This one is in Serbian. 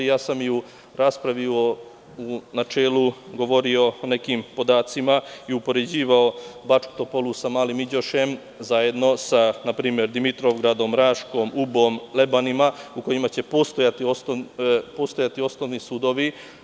U raspravi u načelu govorio sam o nekim podacima i upoređivao Bačku Topolu sa Malim Iđošem, zajedno sa npr. Dimitrovgradom, Raškom, Ubom, Lebanima, u kojima će postojati osnovni sudovi.